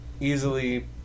easily